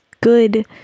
good